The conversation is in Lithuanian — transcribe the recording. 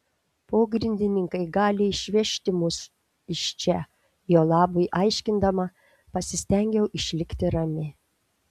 pogrindininkai gali išvežti mus iš čia jo labui aiškindama pasistengiau išlikti rami